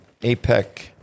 APEC